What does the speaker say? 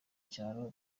cyaro